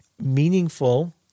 meaningful